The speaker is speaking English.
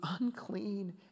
unclean